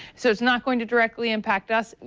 so is not going to directly impact us.